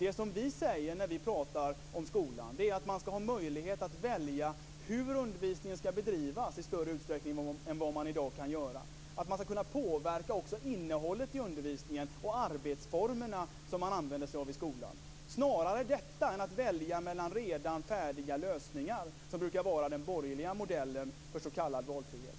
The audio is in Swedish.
Det som vi säger när vi talar om skolan är att man i större utsträckning än vad man i dag kan göra skall ha möjlighet att välja hur undervisningen skall bedrivas. Man skall kunna påverka också innehållet i undervisningen och arbetsformerna man använder sig av i skolan. Det är snarare detta det är fråga om än att välja mellan redan färdiga lösningar, som brukar vara den borgerliga modellen för s.k. valfrihet.